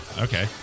Okay